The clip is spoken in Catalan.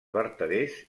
vertaders